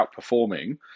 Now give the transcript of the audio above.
outperforming